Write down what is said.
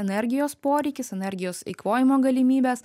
energijos poreikis energijos eikvojimo galimybės